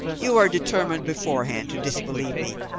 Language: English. you are determined beforehand to disbelieve me.